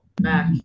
Mac